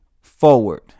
forward